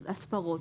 הספרות.